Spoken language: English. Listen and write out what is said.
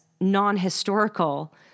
non-historical